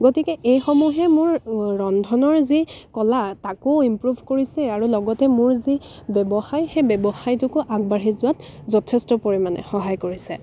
গতিকে এইসমূহে মোৰ ৰন্ধনৰ যি কলা তাকো ইম্প্ৰুভ কৰিছে আৰু লগতে মোৰ যি ব্যৱসায় সেই ব্যৱসায়টোকো আগবাঢ়ি যোৱাত যথেষ্ট পৰিমাণে সহায় কৰিছে